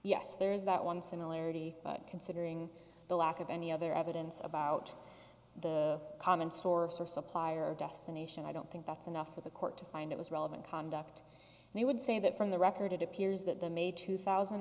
yes there is that one similarity but considering the lack of any other evidence about the common source or supplier of destination i don't think that's enough for the court to find it was relevant conduct and i would say that from the record it appears that the